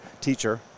teacher